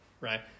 right